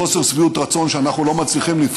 חוסר שביעות רצון שאנחנו לא מצליחים,